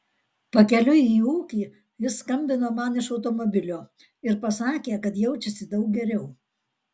pakeliui į ūkį jis skambino man iš automobilio ir pasakė kad jaučiasi daug geriau